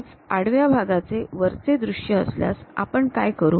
हेच आडव्या भागाचे वरचे दृश्य असल्यास आपण काय करू